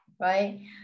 Right